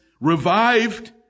revived